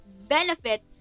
benefit